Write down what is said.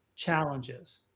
Challenges